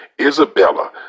Isabella